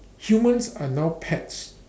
humans are now pets